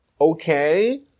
okay